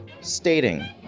stating